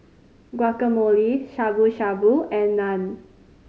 Guacamole Shabu Shabu and Naan